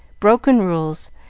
broken rules,